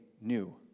new